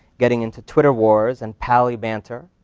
getting into twitter wars and pally banter,